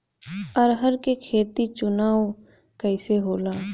अरहर के खेत के चुनाव कइसे होला?